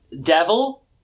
devil